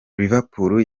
liverpool